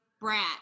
brat